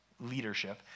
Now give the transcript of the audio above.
leadership